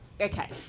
okay